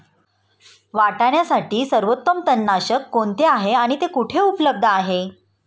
वाटाण्यासाठी सर्वोत्तम तणनाशक कोणते आहे आणि ते कुठे उपलब्ध आहे?